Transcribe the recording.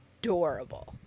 adorable